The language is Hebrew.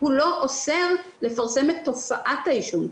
הוא לא אוסר לפרסם את תופעת העישון,